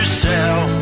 sell